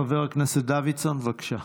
חבר הכנסת דוידסון, בבקשה.